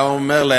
הוא היה אומר,